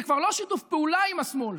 זה כבר לא שיתוף פעולה עם השמאל,